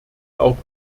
auch